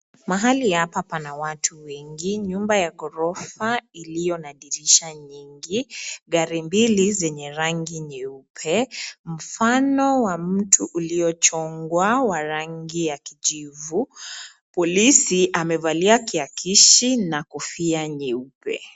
Mahali hapa pana watu wengi . Nyumba ya ghorofa iliyo na dirisha nyingi , gari mbili zenye rangi nyeupe. Mfano wa mtu uliochongwa wa rangi ya kijivu . Polisi amevalia kiakishi na kofia nyeupe.